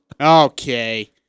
Okay